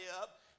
up